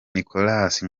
nicolas